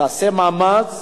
תעשה מאמץ,